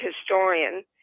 historian